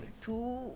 Two